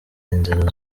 inzira